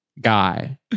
guy